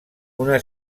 una